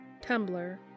Tumblr